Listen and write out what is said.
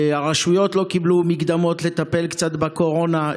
הרשויות לא קיבלו מקדמות לטפל קצת בקורונה.